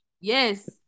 Yes